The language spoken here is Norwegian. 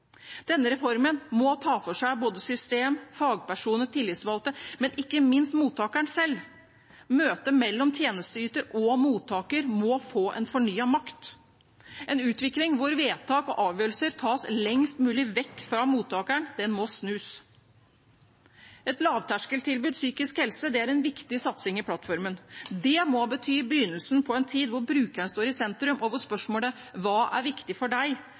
Denne reformen må ta for seg både system, fagpersoner, tillitsvalgte og ikke minst mottakeren selv. Møtet mellom tjenesteyter og mottaker må få en fornyet makt. En utvikling hvor vedtak og avgjørelser tas lengst mulig vekk fra mottakeren, må snus. Et lavterskeltilbud for psykisk helse er en viktig satsing i plattformen. Det må bety begynnelsen på en tid hvor brukeren står i sentrum, og hvor spørsmålet «Hva er viktig for deg?»